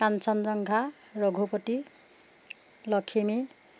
Kanchenjunga Raghupati Lakhimi